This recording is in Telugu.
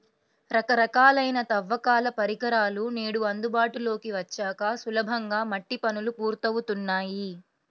రకరకాలైన తవ్వకాల పరికరాలు నేడు అందుబాటులోకి వచ్చాక సులభంగా మట్టి పనులు పూర్తవుతున్నాయి